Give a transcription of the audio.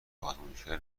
آزمایشگر